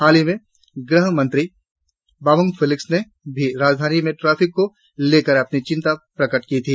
हाल ही में गृहमंत्री बामंग फेलिक्स ने भी राजधानी में ट्रैफिक को लेकर अपनी चिंता प्रकट की थी